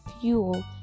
fuel